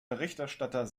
berichterstatter